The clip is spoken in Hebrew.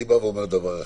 אני אומר שזה